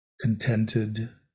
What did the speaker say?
contented